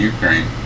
Ukraine